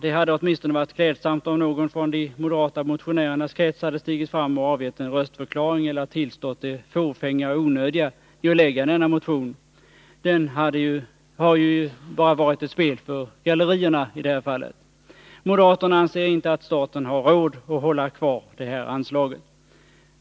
Det hade åtminstone varit klädsamt, om någon från de moderata motionärernas krets hade stigit fram och avgett en röstförklaring eller tillstått det fåfänga och onödiga i att väcka denna motion. Den har ju i det här fallet bara varit ett spel för galleriet.